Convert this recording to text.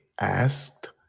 asked